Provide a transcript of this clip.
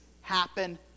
happen